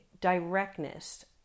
directness